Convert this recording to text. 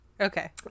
okay